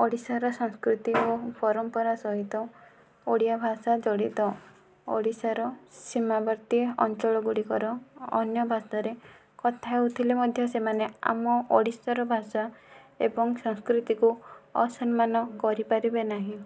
ଓଡ଼ିଶାର ସଂସ୍କୃତି ଓ ପରମ୍ପରା ସହିତ ଓଡ଼ିଆ ଭାଷା ଜଡ଼ିତ ଓଡ଼ିଶାର ସୀମାବର୍ତ୍ତୀ ଅଞ୍ଚଳ ଗୁଡ଼ିକର ଅନ୍ୟ ଭାଷାରେ କଥା ହେଉଥିଲେ ମଧ୍ୟ ସେମାନେ ଆମ ଓଡ଼ିଶାର ଭାଷା ଏବଂ ସଂସ୍କୃତିକୁ ଅସମ୍ମାନ କରିପାରିବେ ନାହିଁ